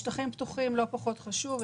שטחים פתוחים, לא פחות חשוב.